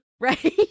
Right